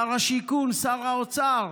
שר השיכון, שר האוצר?